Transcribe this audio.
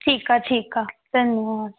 ठीकु आहे ठीकु आहे धन्यवादु